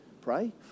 Pray